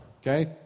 Okay